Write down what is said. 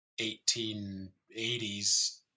1880s